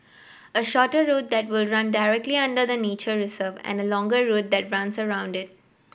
a shorter route that will run directly under the nature reserve and a longer route that runs around it